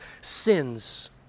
sins